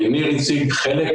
ניר הציג חלק